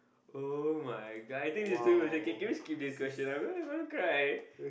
[oh]-my-god I think this is too much okay okay can we skip this question I'm really gonna cry